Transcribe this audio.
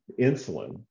insulin